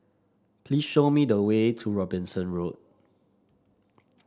please show me the way to Robinson Road